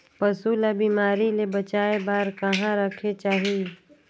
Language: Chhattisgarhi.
पशु ला बिमारी ले बचाय बार कहा रखे चाही?